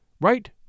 Right